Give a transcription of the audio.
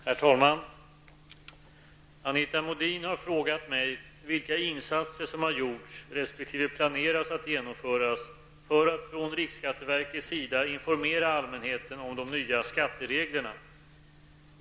Herr talman! Anita Modin har frågat mig vilka insatser som har gjorts resp. planeras att genomföras för att från riksskatteverkets sida informera allmänheten om de nya skattereglerna.